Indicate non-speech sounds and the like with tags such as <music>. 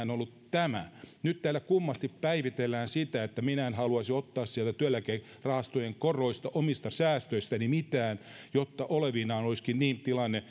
tämä nyt täällä kummasti päivitellään sitä että minä en haluaisi ottaa sieltä työeläkerahastojen koroista omista säästöistäni mitään jotta olevinaan olisikin tilanne <unintelligible>